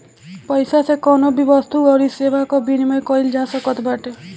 पईसा से कवनो भी वस्तु अउरी सेवा कअ विनिमय कईल जा सकत बाटे